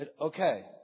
okay